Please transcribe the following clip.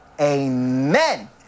amen